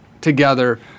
together